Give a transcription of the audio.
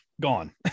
gone